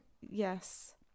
Yes